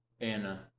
anna